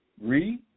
Read